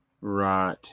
Right